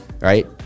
right